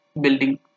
building